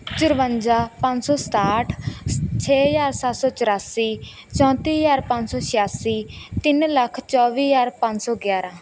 ਚਰਵੰਜਾ ਪੰਜ ਸੌ ਸਤਾਹਠ ਛੇ ਹਜ਼ਾਰ ਸੱਤ ਸੌ ਚੁਰਾਸੀ ਚੌਂਤੀ ਹਜ਼ਾਰ ਪੰਜ ਸੌ ਛਿਆਸੀ ਤਿੰਨ ਲੱਖ ਚੌਵੀ ਹਜ਼ਾਰ ਪੰਜ ਸੌ ਗਿਆਰਾਂ